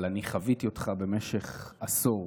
אבל אני חוויתי אותך במשך עשור